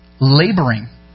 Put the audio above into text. laboring